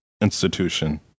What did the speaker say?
institution